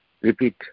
repeat